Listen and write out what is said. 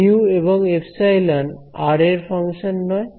mu এবং epsilon আর এর ফাংশন নয়